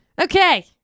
Okay